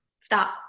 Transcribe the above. stop